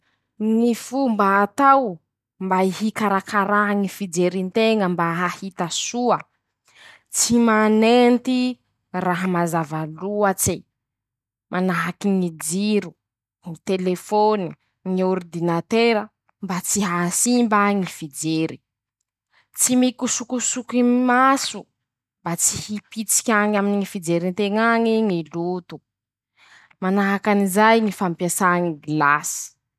Ñy fomba atao, mba hikarakaraa ñy fijery nteña mba ahita soa: -Tsy manenty raha mazava loatse, manahaky ñy jiro, telefone, ñy ôridinatera mba tsy ahasimba ñy fijery, tsy mikosokosoky mm maso mba tsy hipitsik'añy aminy ñy fijery nteñ'añy ñy loto, manahakan'izay ñy fampiasà ñ gilasy.